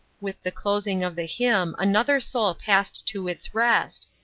with the closing of the hymn another soul passed to its rest,